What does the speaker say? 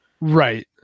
Right